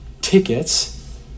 tickets